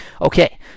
Okay